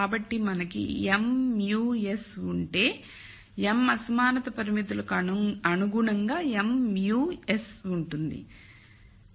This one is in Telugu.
కాబట్టి మనకు m μ s ఉంటే m అసమానత పరిమితులకు అనుగుణంగా m μ s ఉంటుంది